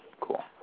Cool